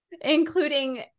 including